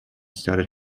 started